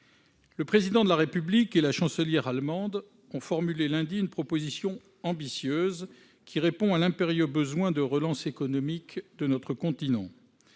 le Président de la République et la Chancelière allemande ont formulé lundi une proposition ambitieuse, qui répond à l'impérieux besoin de relance économique de notre continent